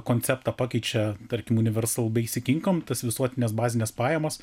konceptą pakeičia tarkim universalu bei įsikinkom tas visuotines bazines pajamas